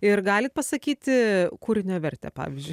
ir galit pasakyti kūrinio vertę pavyzdžiui